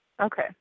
Okay